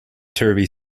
turvy